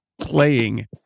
playing